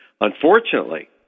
Unfortunately